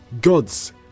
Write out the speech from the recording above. gods